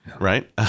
right